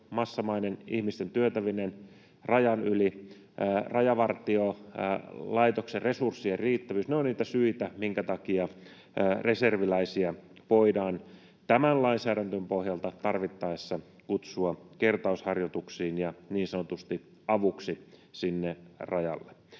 massamainen ihmisten työntäminen rajan yli, Rajavartiolaitoksen resurssien riittävyys — ne ovat niitä syitä, minkä takia reserviläisiä voidaan tämän lainsäädännön pohjalta tarvittaessa kutsua kertausharjoituksiin ja niin sanotusti avuksi sinne rajalle.